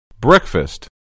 breakfast